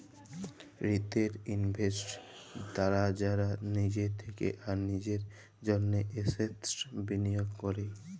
retail investors তারা যারা লিজের থেক্যে আর লিজের জন্হে এসেটস বিলিয়গ ক্যরে